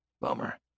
Bummer